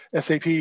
SAP